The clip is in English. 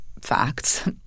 facts